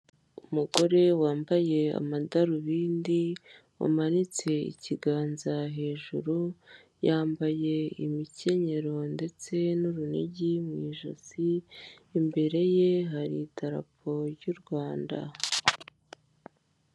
Umugore ukuze wambaye urunigi mu ijosi n'imikenyero, ahagaze amanitse ukuboko nk'uri kurahira. Ahagaze iruhande rw'ibendera ry'u Rwanda.